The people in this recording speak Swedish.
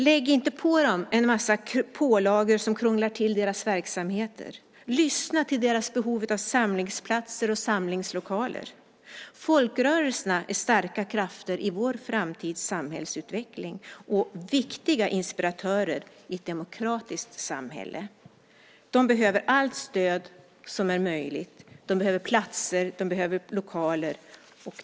Lägg inte på dem en massa pålagor som krånglar till deras verksamhet! Lyssna till deras behov av samlingsplatser och samlingslokaler! Folkrörelserna är starka krafter i vår framtids samhällsutveckling och viktiga inspiratörer i ett demokratiskt samhälle. De behöver allt stöd som är möjligt. De behöver platser. De behöver lokaler.